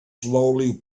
slowly